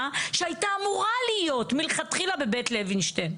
שהייתה אמורה להיות מלכתחילה בבית לוינשטיין.